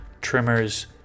trimmers